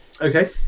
okay